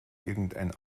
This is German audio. irgendein